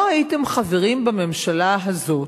לא הייתם חברים בממשלה הזאת.